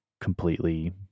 completely